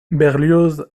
berlioz